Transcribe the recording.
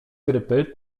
grypy